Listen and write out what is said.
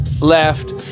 Left